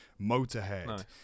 motorhead